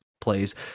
plays